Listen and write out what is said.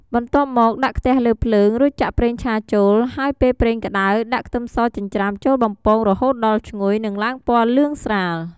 បន្ទាប់មកដាក់ខ្ទះលើភ្លើង រួចចាក់ប្រេងឆាចូល ហើយពេលប្រេងក្ដៅ ដាក់ខ្ទឹមសចិញ្ច្រាំចូលបំពងរហូតដល់ឈ្ងុយ និងឡើងពណ៌លឿងស្រាល។